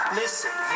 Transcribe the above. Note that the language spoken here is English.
listen